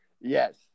yes